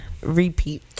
repeat